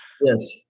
Yes